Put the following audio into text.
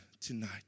tonight